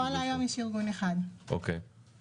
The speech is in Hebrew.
נכון להיום יש ארגון אחד, במע"מ.